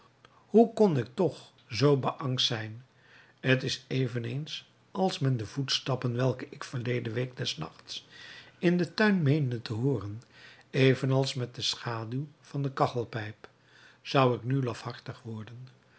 hoe kon ik toch zoo beangst zijn t is eveneens als met de voetstappen welke ik verleden week des nachts in den tuin meende te hooren eveneens als met de schaduw van de kachelpijp zou ik nu lafhartig worden